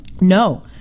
No